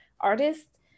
artist